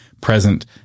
present